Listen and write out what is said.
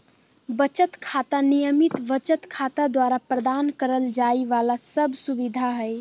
बचत खाता, नियमित बचत खाता द्वारा प्रदान करल जाइ वाला सब सुविधा हइ